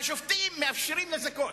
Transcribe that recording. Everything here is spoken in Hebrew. והשופטים מאפשרים לזכות.